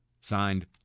Signed